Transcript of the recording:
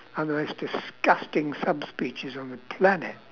are the most disgusting subspecies on the planet